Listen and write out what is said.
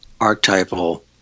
archetypal